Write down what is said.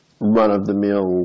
run-of-the-mill